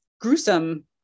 gruesome